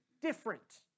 different